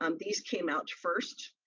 um these came out first.